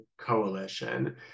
coalition